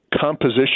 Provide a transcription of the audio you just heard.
composition